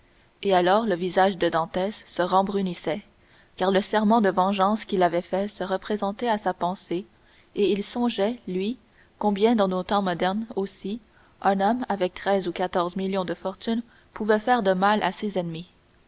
et alors le visage de dantès se rembrunissait car le serment de vengeance qu'il avait fait se représentait à sa pensée et il songeait lui combien dans nos temps modernes aussi un homme avec treize ou quatorze millions de fortune pouvait faire de mal à ses ennemis